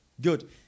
Good